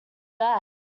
that